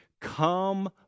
come